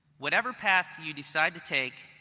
whatever path you decide to take,